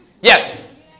Yes